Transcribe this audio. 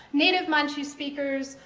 native manchu speakers,